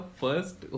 first